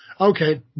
Okay